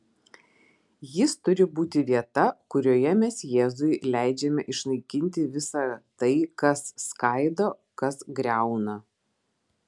jis turi būti vieta kurioje mes jėzui leidžiame išnaikinti visa tai kas skaido kas griauna